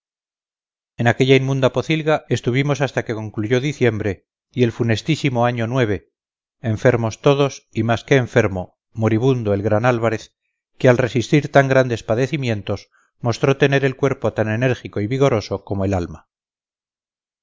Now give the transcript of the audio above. en aquella inmunda pocilga estuvimos hasta que concluyó diciembre y el funestísimo año enfermos todos y más que enfermo moribundo el gran álvarez que al resistir tan grandes padecimientos mostró tener el cuerpo tan enérgico y vigoroso como el alma